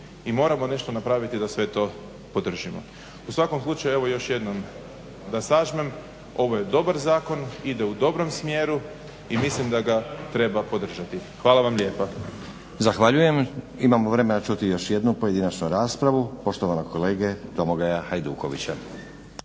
i moramo nešto napraviti da sve to podržimo. U svakom slučaju evo još jednom da sažmem. Ovo je dobar zakon, ide u dobrom smjeru i mislim da ga treba podržati. Hvala vam lijepa. **Stazić, Nenad (SDP)** Zahvaljujem. Imamo vremena čuti još jednu pojedinačnu raspravu poštovanog kolege Domagoja Hajdukovića.